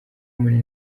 muri